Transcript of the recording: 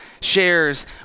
shares